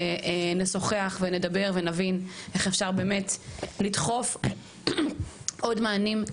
נשוחח וננסה להבין איך אפשר באמת לדחוף עוד מענים,